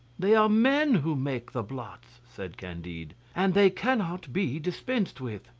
they are men who make the blots, said candide, and they cannot be dispensed with.